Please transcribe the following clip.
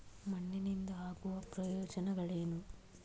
ಮಣ್ಣಿನಿಂದ ಆಗುವ ಪ್ರಯೋಜನಗಳೇನು?